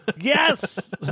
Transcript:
yes